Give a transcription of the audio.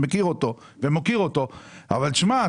מכיר אותו ומוקיר אותו אבל שמע,